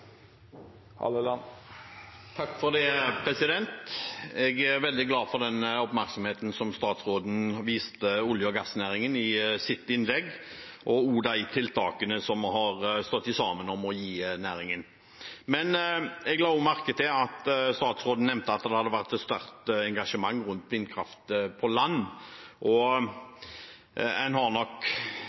veldig glad for den oppmerksomheten som statsråden viste olje- og gassnæringen i sitt innlegg, og også de tiltakene som vi har stått sammen om å gi næringen. Men jeg la også merke til at statsråden nevnte at det hadde vært et sterkt engasjement rundt vindkraft på land, og vi har nok,